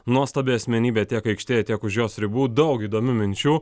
nuostabi asmenybė tiek aikštėje tiek už jos ribų daug įdomių minčių